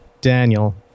Daniel